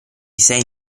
sei